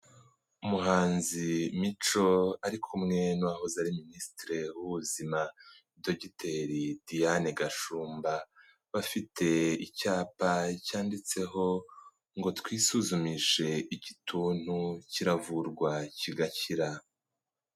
Umuhanzi Mico ari kumwe n'uwahoze ari minisitire w'ubuzima dogiteri Diane Gashumba, bafite icyapa cyanditseho ngo twisuzumishe igituntu, kiravurwa kigakira.